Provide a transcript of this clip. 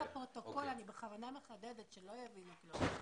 לפרוטוקול אני בכוונה מחדדת שלא תבינו אותי לא נכון